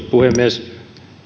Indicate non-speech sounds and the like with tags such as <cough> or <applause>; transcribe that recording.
<unintelligible> puhemies